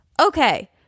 Okay